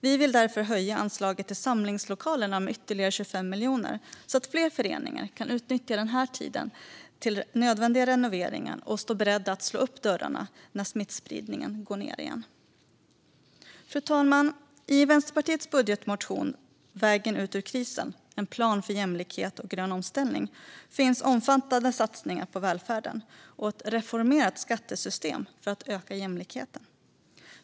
Vi vill därför höja anslaget till samlingslokalerna med ytterligare 25 miljoner, så att fler föreningar kan utnyttja den här tiden till nödvändiga renoveringar och stå beredda att slå upp dörrarna när smittspridningen minskar igen. Fru talman! I Vänsterpartiets budgetmotion Vägen ut ur krisen - en plan för jämlikhet och grön omställning finns omfattande satsningar på välfärden och ett reformerat skattesystem för att öka jämlikheten.